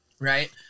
right